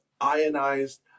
ionized